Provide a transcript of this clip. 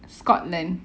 scotland